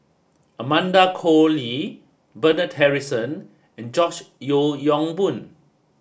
Amanda Koe Lee Bernard Harrison and George Yeo Yong Boon